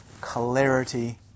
clarity